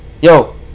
Yo